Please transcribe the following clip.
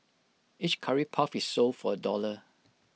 each Curry puff is sold for A dollar